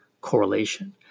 correlation